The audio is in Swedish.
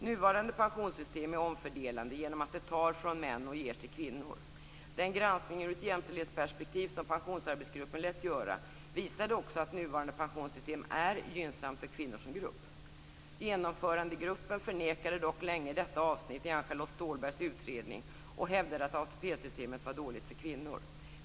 Nuvarande pensionssystem är omfördelande genom att det så att säga tar från män och ger till kvinnor. Den granskning ur ett jämställdhetsperspektiv som pensionsarbetsgruppen lät göra visade också att nuvarande pensionssystem är gynnsamt för kvinnor som grupp. Genomförandegruppen förnekade länge detta avsnitt i Ann-Charlotte Ståhlbergs utredning och hävdade att ATP-systemet var dåligt för kvinnor.